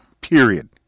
Period